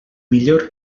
millor